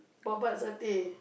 babat satay